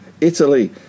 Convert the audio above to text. Italy